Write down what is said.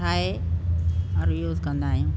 ठाहे और यूस कंदा आहियूं